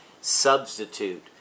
substitute